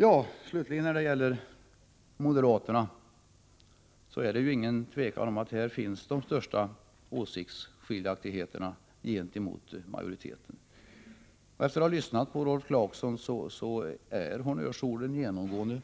Vad slutligen gäller moderaterna är det ingen tvekan om att hos dem finns de största åsiktsskiljaktigheterna gentemot majoriteten. Efter att ha lyssnat på Rolf Clarkson finner jag att honnörsorden genomgående är